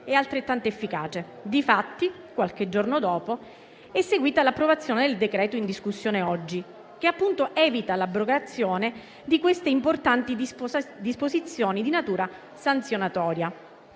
e altrettanto efficace? Difatti, qualche giorno dopo, è seguita l'approvazione del decreto-legge in discussione oggi, che appunto evita l'abrogazione di queste importanti disposizioni di natura sanzionatoria.